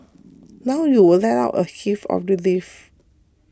now you will let out a heave of relief